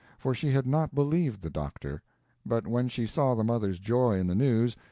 for she had not believed the doctor but when she saw the mother's joy in the news,